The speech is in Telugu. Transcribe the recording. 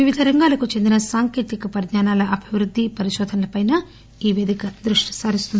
వివిధ రంగాలకు చెందిన సాంకేతిక పరిజ్ఞానాల అభివృద్ది పరిశోధనలపై ఈ పేదిక దృష్టి సారిస్తుంది